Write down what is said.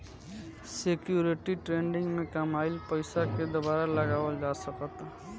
security trading में कामयिल पइसा के दुबारा लगावल जा सकऽता